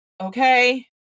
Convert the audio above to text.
Okay